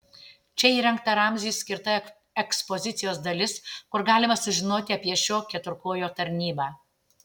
čia įrengta ramziui skirta ekspozicijos dalis kur galima sužinoti apie šio keturkojo tarnybą